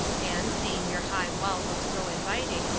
and, seeing your high wall look so inviting,